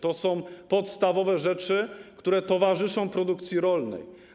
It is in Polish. To są podstawowe rzeczy, które towarzyszą produkcji rolnej.